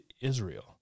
Israel